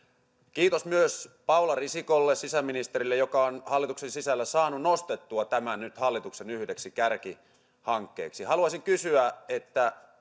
kiitos myös paula risikolle sisäministerille joka on hallituksen sisällä saanut nostettua tämän nyt hallituksen yhdeksi kärkihankkeeksi haluaisin kysyä